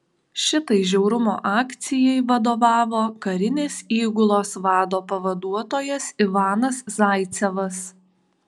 šitai žiaurumo akcijai vadovavo karinės įgulos vado pavaduotojas ivanas zaicevas